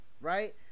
Right